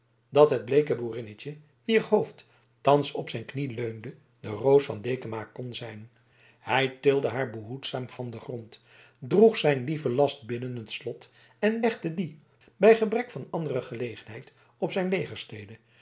dat het bleeke boerinnetje wier hoofd thans op zijn knie leunde de roos van dekama kon zijn hij tilde haar behoedzaam van den grond droeg zijn lieven last binnen het slot en legde dien bij gebrek van andere gelegenheid op zijn